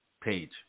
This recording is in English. Page